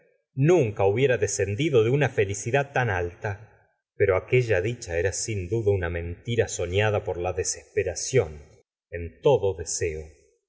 nunca hubiera descendido de una felicidad tan alta pero aquella dicha era sin duda una mentira soñada por la desesperación en todo deseo